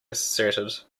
asserted